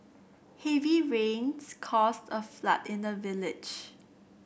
heavy rains caused a flood in the village